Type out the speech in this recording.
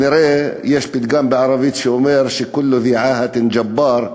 יש פתגם בערבית שאומר: כּל ד'י עאהה ג'בּאר,